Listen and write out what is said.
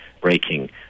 breaking